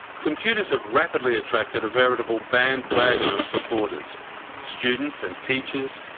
computers have rapidly attracted a veritable bandwagon of supporters students and teachers,